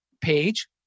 page